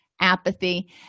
apathy